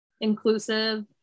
inclusive